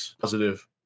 positive